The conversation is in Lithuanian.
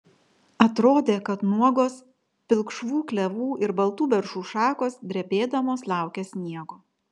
atrodė kad nuogos pilkšvų klevų ir baltų beržų šakos drebėdamos laukia sniego